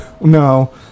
No